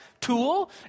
tool